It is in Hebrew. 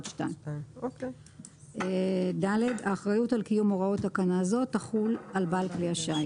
2. האחריות על קיום הוראות תקנה זו תחול על בעל כלי השיט.